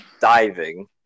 diving